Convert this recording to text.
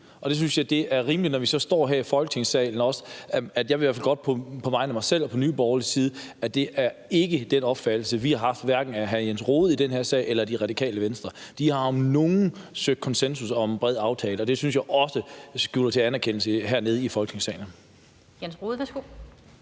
Så jeg synes, det er rimeligt, når vi så står her i Folketingssalen, at sige – i hvert fald på vegne af mig selv og Nye Borgerlige – at det ikke er den opfattelse, vi har haft, hverken af hr. Jens Rohde eller af Det Radikale Venstre i den her sag. De har om nogen søgt konsensus om en bred aftale, og det syntes jeg også skal anerkendes hernede i Folketingssalen.